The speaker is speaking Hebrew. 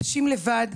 נשים לבד,